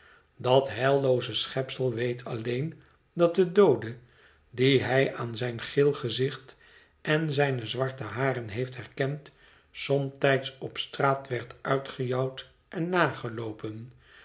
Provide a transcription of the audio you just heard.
dat heillooze schepsel weet alleen dat de doode dien hij aan zijn geel gezicht en zijne zwarte haren heeft herkend somtijds op straat werd uitgejouwd ên